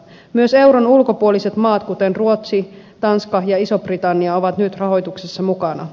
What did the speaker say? myös euron ulkopuoliset maat kuten ruotsi tanska ja iso britannia ovat nyt rahoituksessa mukana